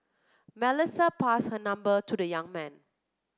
Melissa passed her number to the young man